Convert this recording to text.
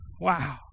Wow